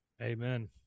Amen